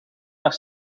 haar